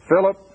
Philip